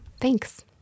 Thanks